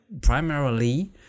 primarily